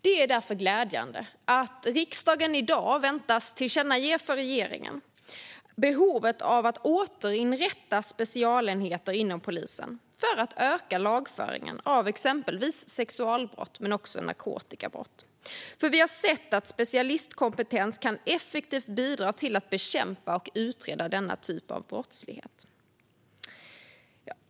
Det är därför glädjande att riksdagen i dag väntas tillkännage för regeringen behovet av att återinrätta specialenheter inom polisen för att öka lagföringen av exempelvis sexualbrott och narkotikabrott. Vi har sett att specialistkompetens effektivt kan bidra till att bekämpa och utreda dessa typer av brottslighet.